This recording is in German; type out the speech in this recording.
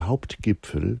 hauptgipfel